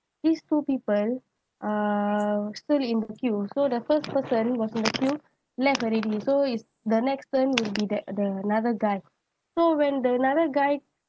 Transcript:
these two people uh still in the queue so the first person was in the queue left already so is the next turn would be that the another guy so when another guy